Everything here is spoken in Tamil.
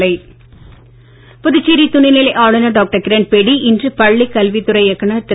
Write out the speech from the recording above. பேடி கல்வித்துறை புதுச்சேரி துணைநிலை ஆளுநர் டாக்டர் கிரண் பேடி இன்று பள்ளி கல்வித்துறை இயக்குநர் திரு